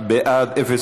בעד, בעד.